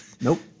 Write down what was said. Nope